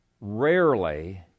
rarely